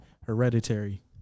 Hereditary